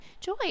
Joy